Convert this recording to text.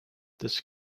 this